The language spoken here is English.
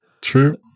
true